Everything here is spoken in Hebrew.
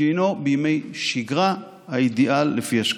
שהינו בימי שגרה האידיאל לפי השקפתו.